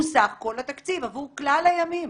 הוא סך כל התקציב עבור כלל הימים,